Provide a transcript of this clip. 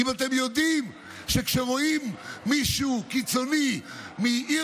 אם אתם יודעים שכשרואים מישהו קיצוני מעיר